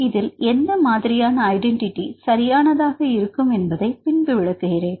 இதில் எந்த மாதிரியான ஐடென்டிட்டி சரியானதாக இருக்கும் என்பதை பின்பு விளக்குகிறேன்